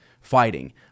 fighting